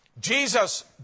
Jesus